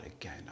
again